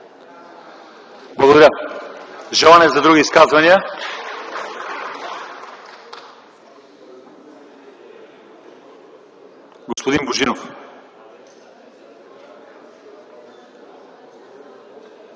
Благодаря. Желания за други изказвания? Господин Божинов. ГЕОРГИ